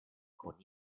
con